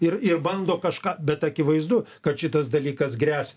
ir ir bando kažką bet akivaizdu kad šitas dalykas gresia